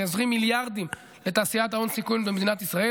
זה יזרים מיליארדים לתעשיית ההון-סיכון במדינת ישראל